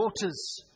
daughters